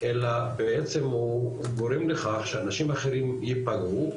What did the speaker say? אלא בעצם הוא גורם לכך שאנשים אחרים ייפגעו,